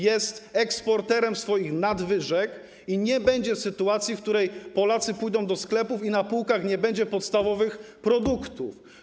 Jest eksporterem swoich nadwyżek i nie będzie sytuacji, w której Polacy pójdą do sklepów i na półkach nie będzie podstawowych produktów.